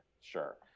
sure